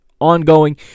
Ongoing